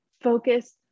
Focus